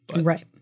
Right